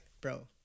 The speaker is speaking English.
bro